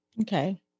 Okay